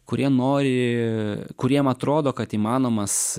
kurie nori kuriem atrodo kad įmanomas